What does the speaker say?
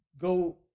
go